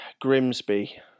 Grimsby